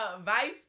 vice